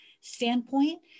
standpoint